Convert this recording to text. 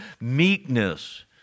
meekness